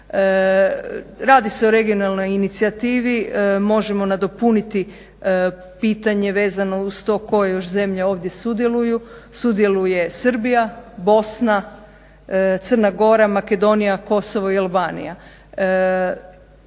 Radi se o regionalnoj inicijativi, možemo nadopuniti pitanje vezano uz to koje još zemlje ovdje sudjeluju. Sudjeluje Srbija, Bosna, Crna Gora, Makedonija, Kosovo i Albanija.